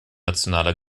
nationaler